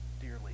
dearly